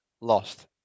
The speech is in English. lost